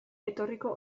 etorriko